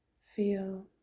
Feel